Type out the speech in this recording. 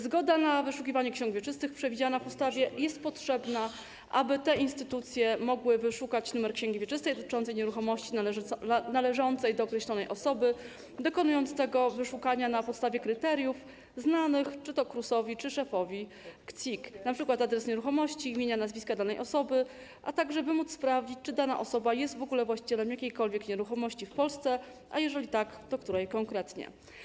Zgoda na wyszukiwanie ksiąg wieczystych przewidziana w ustawie jest potrzebna, aby te instytucje mogły wyszukać numer księgi wieczystej dotyczącej nieruchomości należącej do określonej osoby, dokonując tego wyszukania na podstawie kryteriów znanych czy to KRUS-owi, czy szefowi KCIK - np. adresu nieruchomości, imienia, nazwiska danej osoby - a także by móc sprawdzić, czy dana osoba jest w ogóle właścicielem jakiejkolwiek nieruchomości w Polsce, a jeżeli tak, to której konkretnie.